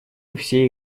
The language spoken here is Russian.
все